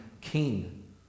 king